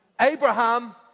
Abraham